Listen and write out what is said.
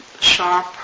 Sharp